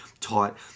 taught